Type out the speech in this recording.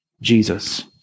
Jesus